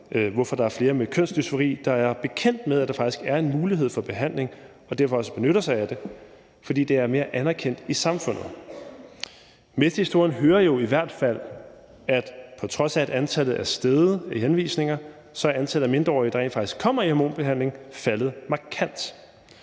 hvorfor der er flere med kønsdysfori, der er bekendt med, at der faktisk er en mulighed for behandling, og derfor også benytter sig af det, altså fordi det er mere anerkendt i samfundet? Med til historien hører jo i hvert fald, at på trods af at antallet af henvisninger er steget, så er antallet af mindreårige, der rent faktisk kommer i hormonbehandling, faldet markant.